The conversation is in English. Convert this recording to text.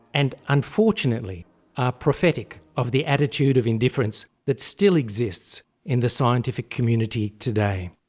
and unfortunately are prophetic of the attitude of indifference that still exists in the scientific community today.